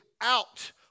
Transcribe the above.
out